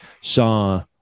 saw